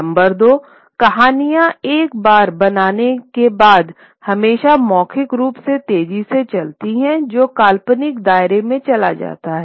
number दो कहानियाँ एक बार बनने के बाद हमेशा मौखिक रूप से तेजी से चलती हैं जो काल्पनिक दायरे में चला जाता है